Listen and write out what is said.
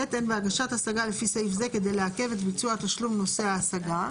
(ב) אין בהגשת השגה לפי סעיף זה כדי לעכב את ביצוע התשלום נושא ההשגה.